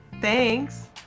Thanks